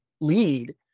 lead